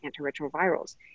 antiretrovirals